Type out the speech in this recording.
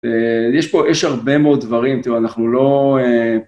יש פה, יש הרבה מאוד דברים, תראה, אנחנו לא...